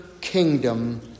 kingdom